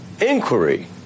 inquiry